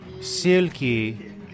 silky